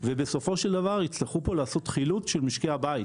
בסופו של דבר יצטרכו לעשות חילוט של משקי הבית.